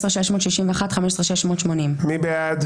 14,841 עד 14,860, מי בעד?